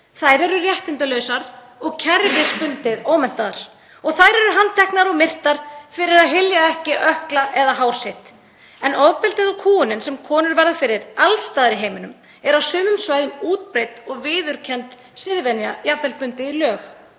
Þær eru réttindalausar og kerfisbundið ómenntaðar og þær eru handteknar og myrtar fyrir að hylja ekki ökkla sína eða hár sitt. En ofbeldið og kúgunin sem konur verða fyrir alls staðar í heiminum er á sumum svæðum útbreidd og viðurkennd siðvenja, jafnvel bundið í lög.